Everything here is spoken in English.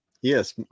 Yes